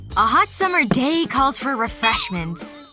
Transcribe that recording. a hot summer day calls for refreshments!